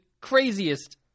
craziest